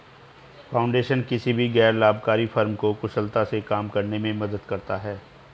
foundation किसी भी गैर लाभकारी फर्म को कुशलता से काम करने में मदद करता हैं